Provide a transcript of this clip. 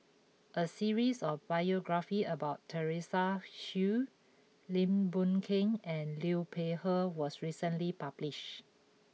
a series of biographies about Teresa Hsu Lim Boon Keng and Liu Peihe was recently published